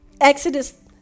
Exodus